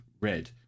Red